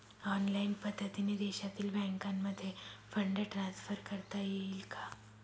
Online पद्धतीने देशातील बँकांमध्ये फंड ट्रान्सफर करता येईल का?